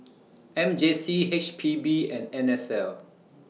M J C H P B and N S L